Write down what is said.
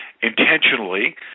intentionally